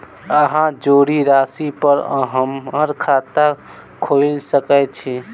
अहाँ जीरो राशि पर हम्मर खाता खोइल सकै छी?